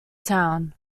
town